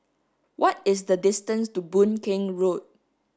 what is the distance to Boon Keng Road